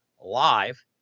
live